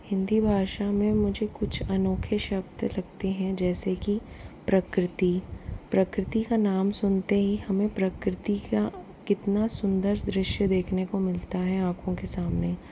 हिन्दी भाषा में मुझे कुछ अनोखे शब्द लगते है जैसे कि प्रकृति प्रकृति का नाम सुनते ही हमें प्रकृति का कितना सुन्दर दृश्य देखने को मिलता है आँखों के सामने